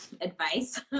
advice